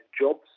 jobs